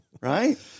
right